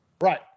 Right